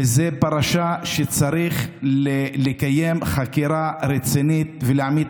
וזאת פרשה שצריך לקיים עליה חקירה רצינית ולהעמיד,